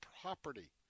property